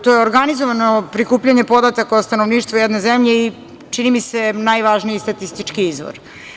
To je organizovano prikupljanje podataka o stanovništvu jedne zemlje i čini mi se najvažniji statistički izvor.